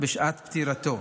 בשעת פטירתו,